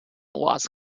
was